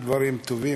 יש דברים טובים...